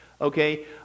okay